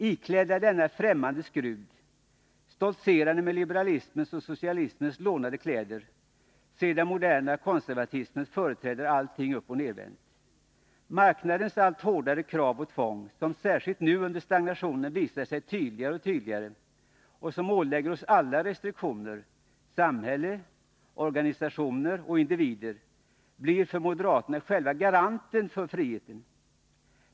Iklädd denna främmande skrud, stoltserande med liberalismens och socialismens lånade kläder, ser den moderna konservatismens företrädare allting uppoch nedvänt. Marknadens allt hårdare krav och tvång, som särskilt nu under stagnationen visar sig tydligare och tydligare och som ålägger oss alla restriktioner — samhälle, organisationer och individer — blir för moderaterna själva garanten för friheten.